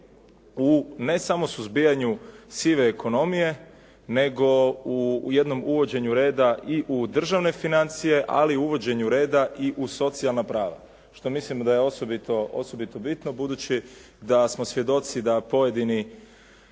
u ne samo suzbijanju sive ekonomije, nego u jednom uvođenju reda i u državne financije, ali i u uvođenju reda i u socijalna prava što mislimo da je osobito bitni budući da smo svjedoci da pojedini